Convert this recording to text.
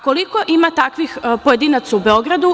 Koliko ima takvih pojedinaca u Beogradu?